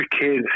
kids